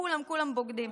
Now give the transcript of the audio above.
כולם כולם בוגדים.